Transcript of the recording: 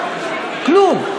כלום.